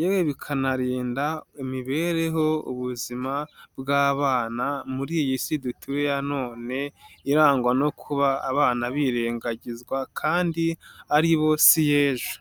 yewe bikanarinda imibereho ubuzima bw'abana muri iyi si dutuye ya none, irangwa no kuba abana birengagizwa kandi aribo si y'ejo.